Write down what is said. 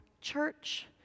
Church